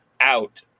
out